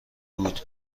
بود